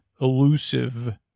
elusive